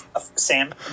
Sam